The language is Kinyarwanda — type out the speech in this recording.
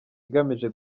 igamije